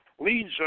leads